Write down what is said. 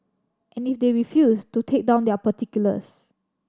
and if they refuse to take down their particulars